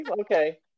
okay